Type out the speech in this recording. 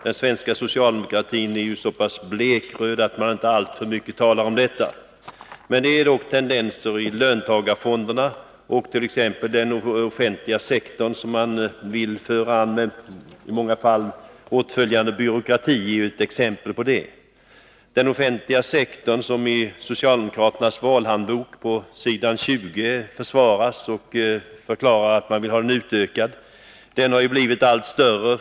Den svenska socialdemokratin är ju så pass blekröd att man inte alltför mycket talar om detta. Det finns dock vissa tendenser, t.ex. i fråga om löntagarfonderna och den offentliga sektorn, som man vill föra fram med i många fall åtföljande byråkrati. Den offentliga sektorn, som man i socialdemokraternas valhandbok på s. 20 försvarar och förklarar att man vill ha utökad, har blivit allt större.